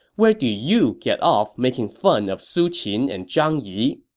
where do you get off making fun of su qin and zhang yi?